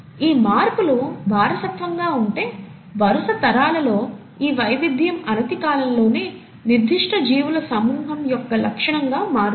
ఈ మార్పులు వారసత్వంగా ఉంటే వరుస తరాలలో ఈ వైవిధ్యం అనతికాలంలోనే నిర్దిష్ట జీవుల సమూహం యొక్క లక్షణంగా మారుతుంది